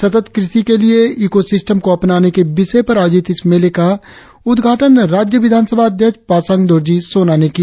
सतत कृषि के लिए इको सिस्टम को अपनाने के विषय पर आयोजित इस मेले का उद्घाटन राज्य विधान सभा अध्यक्ष पासांग दोरजी सोना ने किया